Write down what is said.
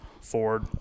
Ford